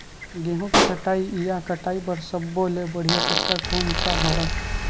गेहूं के कटाई या कटाई बर सब्बो ले बढ़िया टेक्टर कोन सा हवय?